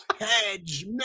Hedge